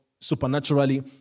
supernaturally